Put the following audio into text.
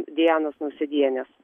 dianos nausėdienės